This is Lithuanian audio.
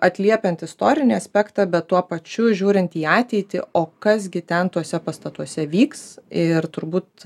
atliepiant istorinį aspektą bet tuo pačiu žiūrint į ateitį o kas gi ten tuose pastatuose vyks ir turbūt